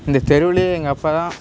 இந்த தெருவிலயே எங்கள் அப்பாதான்